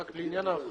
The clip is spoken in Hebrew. רק לעניין ההבחנה,